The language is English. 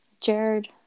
jared